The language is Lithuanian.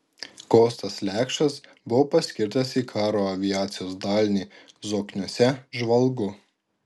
kostas lekšas buvo paskirtas į karo aviacijos dalinį zokniuose žvalgu